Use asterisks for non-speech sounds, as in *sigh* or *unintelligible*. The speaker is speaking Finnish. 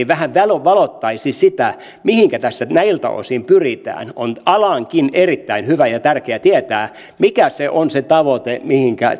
*unintelligible* vähän valottaisi sitä mihinkä tässä näiltä osin pyritään on alankin erittäin hyvä ja tärkeä tietää mikä on se tavoite mihinkä